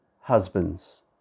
husbands